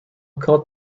caught